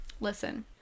Listen